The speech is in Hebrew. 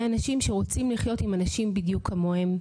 אנשים שרוצים לחיות עם אנשים בדיוק כמוהם,